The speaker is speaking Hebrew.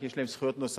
כי יש להם זכויות נוספות,